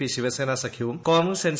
P Shiv Sena സഖ്യവും Congress N